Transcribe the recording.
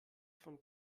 von